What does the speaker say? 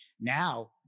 Now